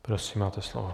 Prosím, máte slovo.